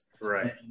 Right